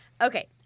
Okay